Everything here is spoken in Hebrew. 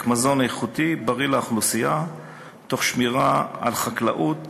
מזון איכותי ובריא לאוכלוסייה תוך שמירה על חקלאות